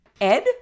Ed